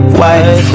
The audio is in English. white